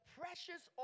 precious